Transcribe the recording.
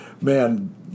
man